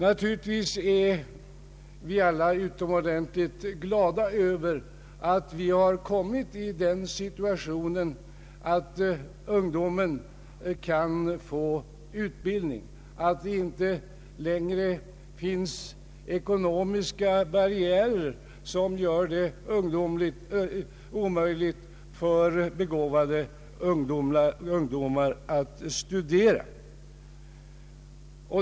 Naturligtvis är vi alla utomordentligt glada över att vi har kommit i den situationen att ungdomen kan få utbildning och att det inte längre finns ekonomiska barriärer som gör det omöjligt för begåvade ungdomar att studera.